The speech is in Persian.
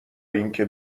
اینکه